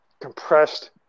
compressed